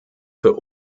für